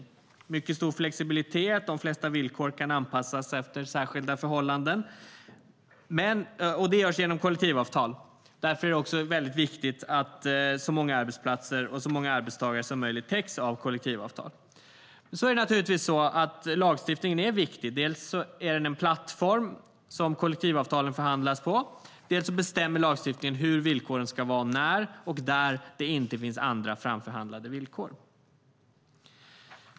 Det är mycket stor flexibilitet, och de flesta villkor kan anpassas efter särskilda förhållanden. Det görs genom kollektivavtal, och därför är det väldigt viktigt att så många arbetsplatser och arbetstagare som möjligt täcks av kollektivavtal. Sedan är det naturligtvis så att lagstiftningen är viktig. Dels är det den plattform kollektivavtalen förhandlas på, dels bestämmer lagstiftningen hur villkoren ska vara när och där det inte finns andra framförhandlade villkor.